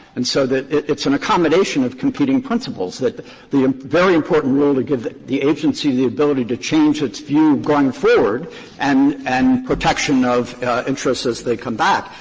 and so that it's an accommodation of competing principles that the very important rule to give the agency the ability to change its view going forward and and protection of interests as they come back.